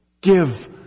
give